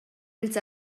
ils